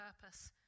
purpose